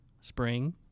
spring